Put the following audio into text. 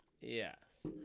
yes